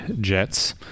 jets